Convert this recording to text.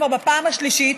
כבר בפעם השלישית,